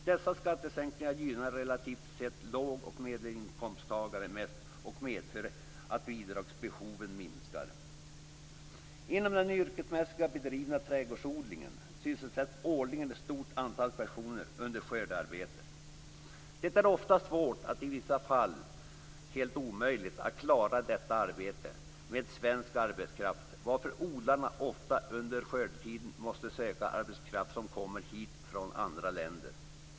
Dessa skattesänkningar gynnar relativt sett låg och medelinkomsttagare mest och medför att bidragsbehoven minskar. Inom den yrkesmässigt bedrivna trädgårdsodlingen sysselsätts årligen ett stort antal personer under skördearbetet. Det kan vara svårt, och i många fall helt omöjligt, att i vissa fall klara detta arbete med svensk arbetskraft, varför odlarna ofta under skördetiden måste söka arbetskraft som kommer hit från andra länder.